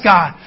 God